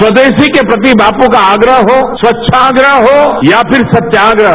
स्वदेशी के प्रति बापू का आग्रह हो स्वच्छाग्रह हो या फिर सत्याग्रह